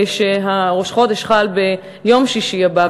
שראש החודש חל ביום שישי הבא,